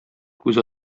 күз